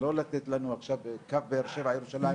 ולא לתת לנו עכשיו, קו באר-שבע ירושלים.